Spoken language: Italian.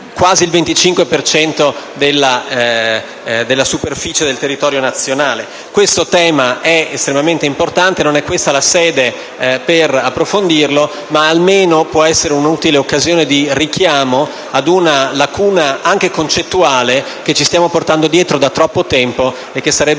quasi il 25 per cento della superficie del territorio nazionale. Questo tema è estremamente importante. Non è questa la sede per approfondirlo, ma almeno può essere un'utile occasione di richiamo ad una lacuna, anche concettuale, che ci stiamo portando dietro da troppo tempo e che sarebbe